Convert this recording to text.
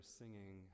singing